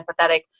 empathetic